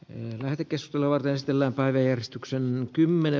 yhdellä tekes oleva veistellä päivän järistyksen kymmene